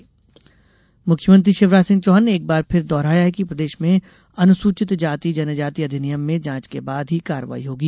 शिवराज छिंदवाडा मुख्यमंत्री शिवराज सिंह चौहान ने एक बार फिर दोहराया है कि प्रदेश में अनुसूचित जाति जनजाति अधिनियम में जांच के बाद ही कार्रवाई होगी